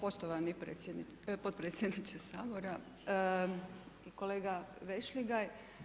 Poštovani potpredsjedniče Sabora, kolega Vešligaj.